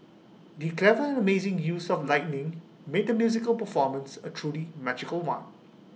the clever and amazing use of lighting made the musical performance A truly magical one